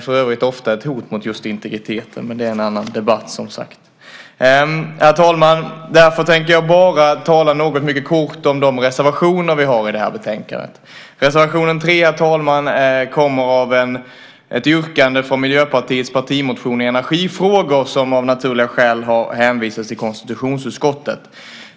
Därför tänker jag bara tala något mycket kort om de reservationer vi har i det här betänkandet. Reservationen 3, herr talman, kommer av ett yrkande från Miljöpartiets partimotion i energifrågor, som av naturliga skäl har hänvisats till konstitutionsutskottet.